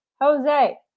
Jose